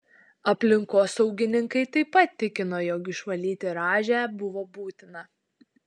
aplinkosaugininkai taip pat tikino jog išvalyti rąžę buvo būtina